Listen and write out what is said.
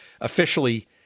officially